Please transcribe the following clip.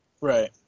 Right